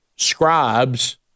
Scribes